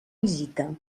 visita